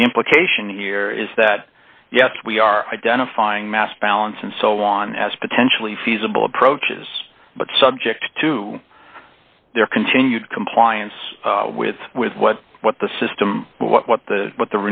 the implication here is that yes we are identifying mass balance and so on as potentially feasible approaches but subject to their continued compliance with with what what the system what the what the